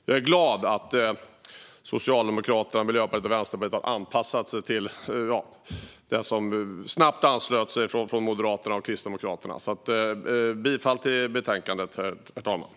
Jag är glad att Socialdemokraterna, Miljöpartiet och Vänsterpartiet har anpassat sig och att man snabbt anslöt sig från Moderaterna och Kristdemokraterna. Jag yrkar bifall till förslaget i betänkandet, herr talman.